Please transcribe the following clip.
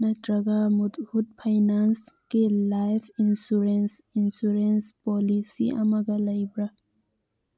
ꯅꯠꯇ꯭ꯔꯒ ꯃꯨꯠꯍꯨꯠ ꯐꯥꯏꯅꯥꯟꯁ ꯀꯤ ꯂꯥꯏꯐ ꯏꯟꯁꯨꯔꯦꯟꯁ ꯏꯟꯁꯨꯔꯦꯟꯁ ꯄꯣꯂꯤꯁꯤ ꯑꯃꯒ ꯂꯩꯕ꯭ꯔꯥ